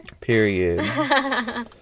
Period